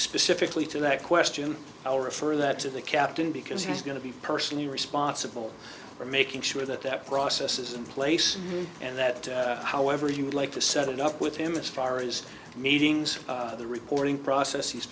specifically to that question i'll refer that to the captain because he's going to be personally responsible for making sure that that process is in place and that however you would like to set it up with him as far as meetings of the reporting process he's